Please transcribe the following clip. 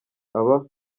aba